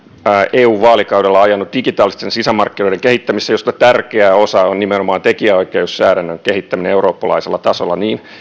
eu vaalikaudella ajanut digitaalisten sisämarkkinoiden kehittämistä ja tärkeä osa sitä on nimenomaan tekijänoikeussääntelyn kehittäminen eurooppalaisella tasolla niin